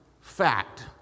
fact